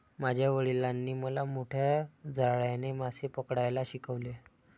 माझ्या वडिलांनी मला मोठ्या जाळ्याने मासे पकडायला शिकवले